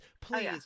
please